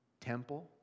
temple